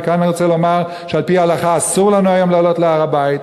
וכאן אני רוצה לומר שעל-פי ההלכה אסור לנו היום לעלות להר-הבית,